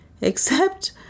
except